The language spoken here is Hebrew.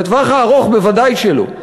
לטווח הארוך, ודאי שלא.